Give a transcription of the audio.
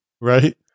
Right